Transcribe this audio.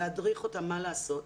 להדריך אותה מה לעשות,